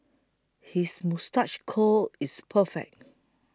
his moustache curl is perfect